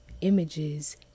images